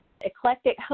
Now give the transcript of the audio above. eclectic